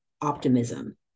optimism